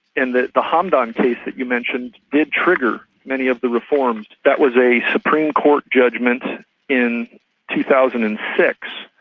and the the hamdan case that you mentioned did trigger many of the reforms. that was a supreme court judgement in two thousand and six,